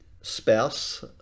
spouse